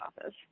office